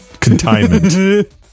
Containment